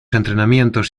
entrenamientos